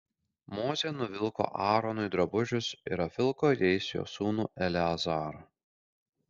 mozė nuvilko aaronui drabužius ir apvilko jais jo sūnų eleazarą